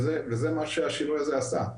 וזה מה שהשינוי הזה עשה.